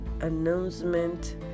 announcement